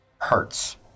hurts